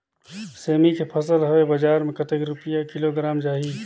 सेमी के फसल हवे बजार मे कतेक रुपिया किलोग्राम जाही?